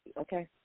okay